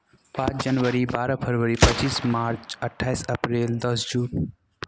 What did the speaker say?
पाँच जनवरी बारह फरवरी पच्चीस मार्च अठ्ठाइस अप्रिल दस जून